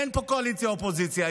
אין פה קואליציה אופוזיציה,